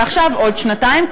ועכשיו עוד שנתיים,